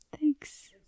Thanks